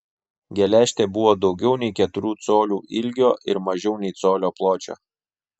geležtė buvo daugiau nei keturių colių ilgio ir mažiau nei colio pločio